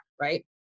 right